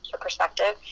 Perspective